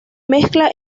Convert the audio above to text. mezcla